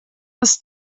ist